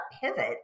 pivot